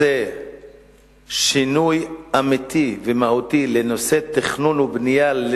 שינוי אמיתי ומהותי בנושא תכנון ובנייה,